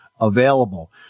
available